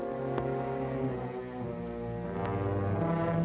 or